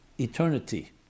eternity